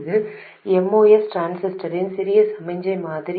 இது MOS டிரான்சிஸ்டரின் சிறிய சமிக்ஞை மாதிரி